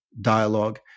dialogue